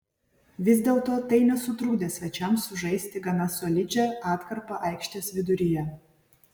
vis dėlto tai nesutrukdė svečiams sužaisti gana solidžią atkarpą aikštės viduryje